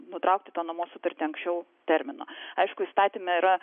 nutraukti nuomos sutartį anksčiau termino aišku įstatyme yra